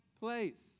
place